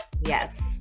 Yes